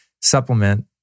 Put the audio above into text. supplement